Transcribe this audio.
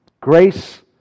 Grace